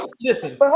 listen